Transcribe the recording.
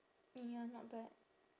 mm ya not bad